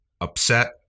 upset